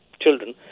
children